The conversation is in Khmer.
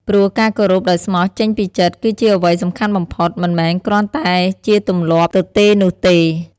ព្រោះការគោរពដោយស្មោះចេញពីចិត្តគឺជាអ្វីសំខាន់បំផុត មិនមែនគ្រាន់តែជាទម្លាប់ទទេនោះទេ។